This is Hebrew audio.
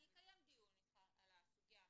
אני אקיים איתך דיון על הסוגיה המהותית,